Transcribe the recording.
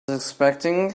expecting